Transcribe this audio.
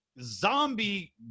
zombie